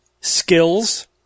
skills